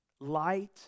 Light